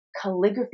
calligraphy